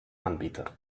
anbieter